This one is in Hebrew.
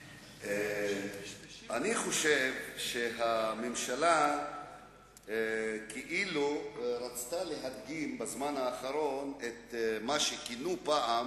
אני חושב שהממשלה כאילו רצתה להדגים בזמן האחרון את מה שכינו פעם